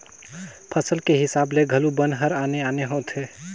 फसल के हिसाब ले घलो बन हर आने आने होथे